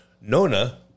Nona